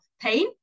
pain